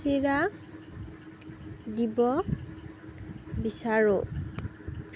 চিৰা দিব বিচাৰোঁ